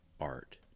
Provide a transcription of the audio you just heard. art